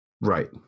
right